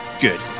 good